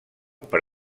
per